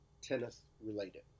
tennis-related